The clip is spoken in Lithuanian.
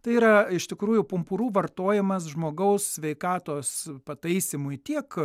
tai yra iš tikrųjų pumpurų vartojimas žmogaus sveikatos pataisymui tiek